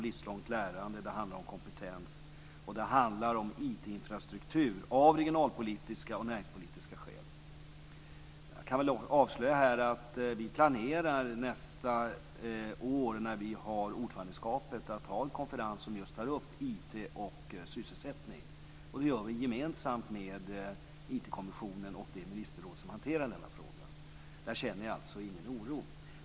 Dessutom handlar det om livslångt lärande, kompetens och IT Jag kan väl avslöja här att vi planerar att, nästa år när vi är ordförandeland, ha en konferens som just tar upp IT och sysselsättning. Det gör vi gemensamt med IT-kommissionen och det ministerråd som hanterar denna fråga. Där känner jag alltså ingen oro.